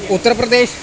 Uttar Pradesh